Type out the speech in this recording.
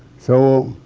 so,